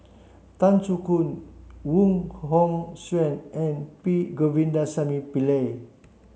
Tan Soo Khoon Wong Hong Suen and P Govindasamy Pillai